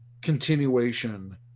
continuation